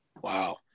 Wow